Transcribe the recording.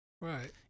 Right